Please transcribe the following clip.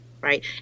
Right